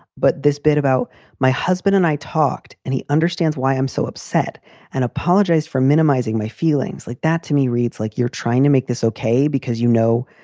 but this bit about my husband and i talked and he understands why i'm so upset and apologize for minimizing my feelings like that to me. reads like you're trying to make this ok, because, you know,